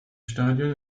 stadion